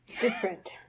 different